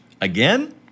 again